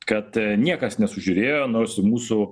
kad niekas nesužiūrėjo nors mūsų